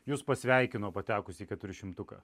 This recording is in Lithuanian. jus pasveikino patekus į keturišimtuką